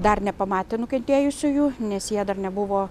dar nepamatė nukentėjusiųjų nes jie dar nebuvo